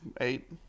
eight